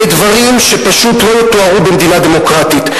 אלה דברים שפשוט לא יתוארו במדינה דמוקרטית.